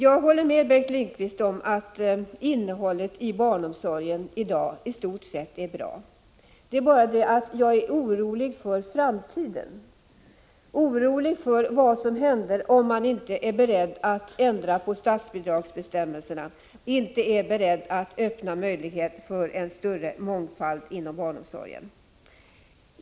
Jag håller med Bengt Lindqvist om att innehållet i barnomsorgen i stort sett är bra i dag. Jag är bara orolig för vad som händer i framtiden om regeringen inte är beredd att ändra statsbidragsbestämmelserna och inte är beredd att skapa möjligheter för en större mångfald inom barnomsorgen.